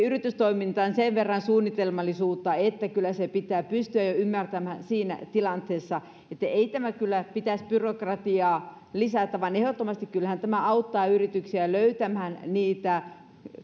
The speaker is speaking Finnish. yritystoimintaan kuuluupi sen verran suunnitelmallisuutta että kyllä se pitää pystyä ymmärtämään siinä tilanteessa että ei tämän pitäisi byrokratiaa lisätä vaan kyllähän tämä ehdottomasti auttaa yrityksiä löytämään niitä